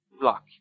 block